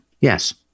yes